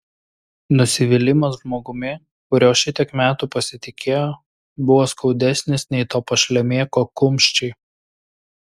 nusivylimas žmogumi kuriuo šitiek metų pasitikėjo buvo skaudesnis nei to pašlemėko kumščiai